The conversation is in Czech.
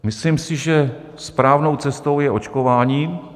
Myslím si, že správnou cestou je očkování.